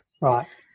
right